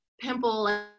pimple